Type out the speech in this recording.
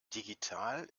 digital